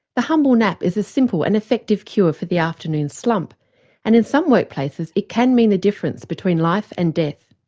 the humble nap is a simple and effective cure for the afternoon slump and in some workplaces it can mean the difference between life and death.